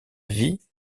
vie